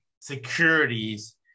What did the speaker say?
securities